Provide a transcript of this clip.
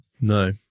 No